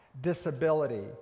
disability